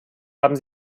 haben